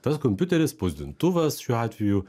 tas kompiuteris spausdintuvas šiuo atveju